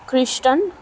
খ্রিস্টান